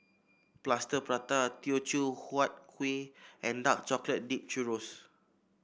Plaster Prata Teochew Huat Kuih and Dark Chocolate Dipped Churro